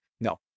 No